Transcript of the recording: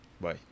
Bye